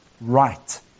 right